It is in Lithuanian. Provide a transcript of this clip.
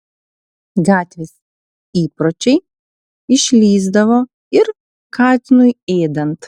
gatvės įpročiai išlįsdavo ir katinui ėdant